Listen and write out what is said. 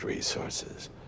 resources